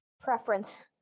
preference